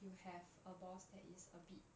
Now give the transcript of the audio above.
you have a boss that is a bit